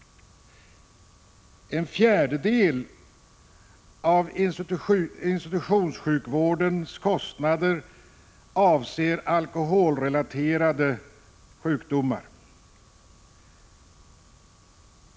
En fjärdedel av institutionssjukvårdens kostnader avser alkoholrelaterade sjukdomar.